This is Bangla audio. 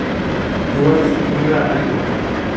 কে.ওয়াই.সি কিভাবে আপডেট করব?